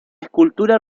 escultura